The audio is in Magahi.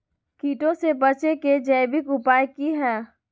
कीटों से बचे के जैविक उपाय की हैय?